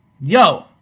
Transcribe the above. Yo